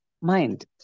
mind